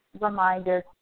reminder